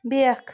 بیکھ